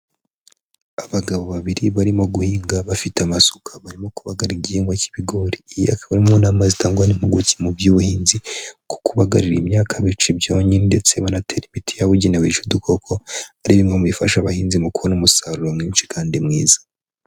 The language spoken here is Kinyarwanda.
Abagabo babiri barimo guhinga bafite amasuka. Barimo kubagara igihingwa cy'ibigori. Iyi ikaba ari imwe mu nama zitangwa n'impuguke mu by'ubuhinzi, bwo kubagarira imyaka bica ibyonnyi, ndetse banatera imiti yabugenewe yica udukoko, ari bimwe mu bifasha abahinzi mu kubona umusaruro mwinshi kandi mwiza.